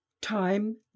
Time